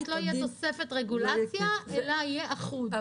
זאת אומרת, לא תהיה תוספת רגולציה אלא יהיה אחוד.